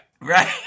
Right